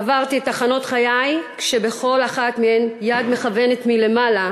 עברתי את תחנות חיי כשבכל אחת מהן יד מכוונת מלמעלה